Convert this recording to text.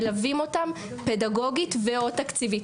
מלווים אותן פדגוגית ו/או תקציבית.